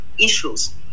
issues